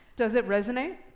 does it resonate?